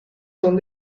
son